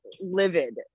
livid